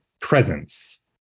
presence